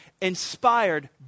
inspired